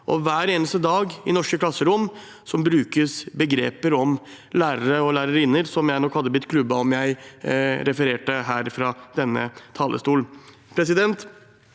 Og hver eneste dag i norske klasserom brukes begreper om lærere og lærerinner som jeg nok hadde blitt klubbet om jeg refererte her fra denne talerstol. Vold